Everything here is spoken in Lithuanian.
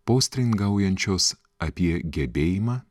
postringaujančios apie gebėjimą